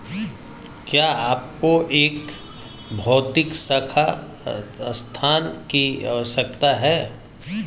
क्या आपको एक भौतिक शाखा स्थान की आवश्यकता है?